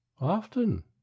Often